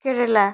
Kerala